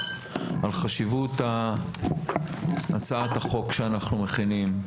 על חשיבות הצעת החוק שאנחנו מכינים,